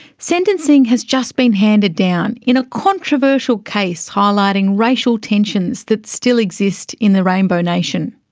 sentencing has just been handed down in a controversial case highlighting racial tensions that still exist in the rainbow nation.